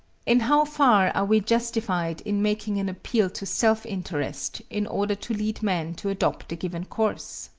in how far are we justified in making an appeal to self-interest in order to lead men to adopt a given course?